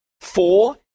four